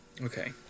Okay